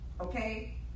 okay